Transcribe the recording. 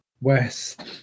west